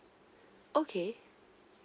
okay